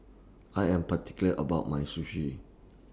I Am particular about My Sushi